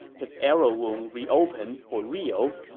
his arrow wound reopened for real.